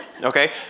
okay